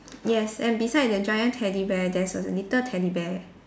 yes and beside the giant teddy bear there's a little teddy bear